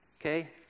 okay